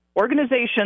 organization